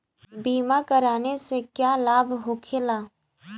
बीमा कराने से का लाभ होखेला?